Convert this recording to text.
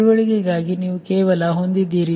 ತಿಳುವಳಿಕೆಗಾಗಿ ನೀವು ಕೇವಲ ಹೊಂದಿದ್ದೀರಿ ಸರಿ